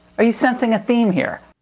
are you sensing a theme here?